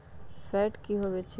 Fat की होवछै?